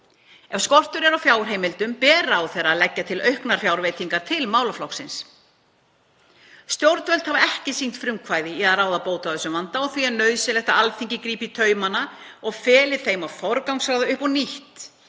Ef skortur er á fjárheimildum ber ráðherra að leggja til auknar fjárveitingar til málaflokksins. Stjórnvöld hafa ekki sýnt frumkvæði í að ráða bót á þessum vanda og því er nauðsynlegt að Alþingi grípi í taumana og feli þeim að forgangsraða upp á nýtt